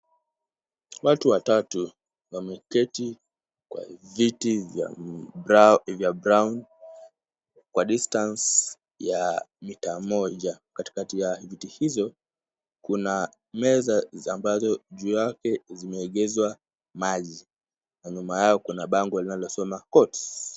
Watu watatu wameketi kwa viti vya brown kwa distance ya mita moja. Katikati za viti hizo kuna meza ambazo juu yake zimeegezwa maji. Na nyuma yao kuna bango ambalo linasoma court .